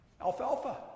Alfalfa